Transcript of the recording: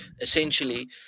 essentially